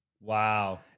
Wow